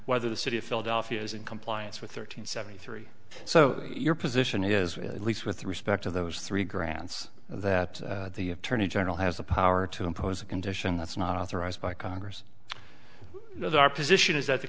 whether the city of philadelphia is in compliance with thirteen seventy three so your position is at least with respect to those three grants that the attorney general has the power to impose a condition that's not authorized by congress that our position is that the